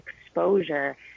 exposure